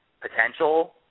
potential